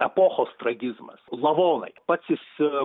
epochos tragizmas lavonai pats jis